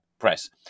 press